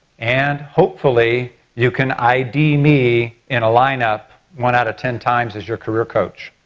and hopefully you can id me in a line up one out of ten times as your career coach.